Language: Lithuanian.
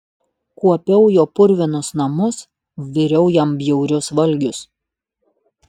kuopiau jo purvinus namus viriau jam bjaurius valgius